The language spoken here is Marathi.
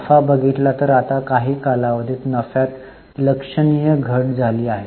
नफा बघितला तर आता काही कालावधीत नफ्यात लक्षणीय घट झाली आहे